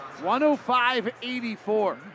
105-84